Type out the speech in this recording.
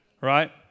right